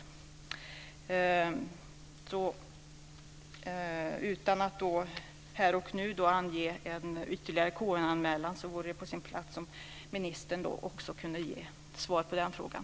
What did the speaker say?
Utan att här och nu ange en ytterligare KU-anmälan så vore det på sin plats om ministern också kunde ge svar på den frågan.